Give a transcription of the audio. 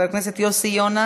חבר הכנסת איציק שמולי, מוותר,